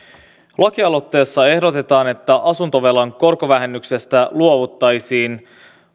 lakialoitteessa ehdotetaan että asuntovelan korkovähennyksestä luovuttaisiin